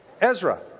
Ezra